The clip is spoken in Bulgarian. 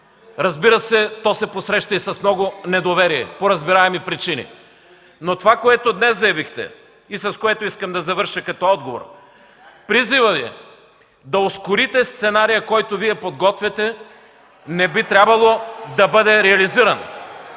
Разбира се, той се посреща и с много недоверие, по разбираеми причини. Това, което днес заявихте и с което искам да завърша като отговор – призива Ви да ускорите сценария, който Вие подготвяте, не би трябвало да бъде реализиран.